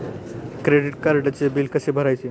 Credit कार्डचे bill कसे भरायचे?